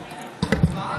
הכנסת)